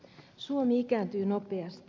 suomi ikääntyy nopeasti